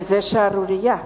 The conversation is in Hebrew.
וזה שערורייה.